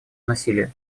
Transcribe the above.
насилию